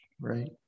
Right